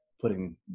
putting